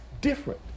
different